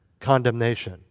condemnation